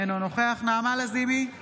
אינו נוכח נעמה לזימי,